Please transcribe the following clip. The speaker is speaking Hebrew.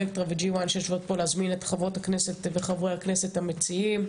אלקטרה ו-1G שיושבות פה להזמין את חברות הכנסת וחברי הכנסת המציעים,